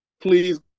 please